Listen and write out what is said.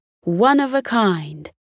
one-of-a-kind